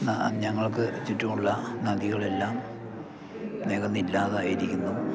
ഞങ്ങൾക്ക് ചുറ്റുമുള്ള നദികളെല്ലാം നെകന്നില്ലാതായിരിക്കുന്നു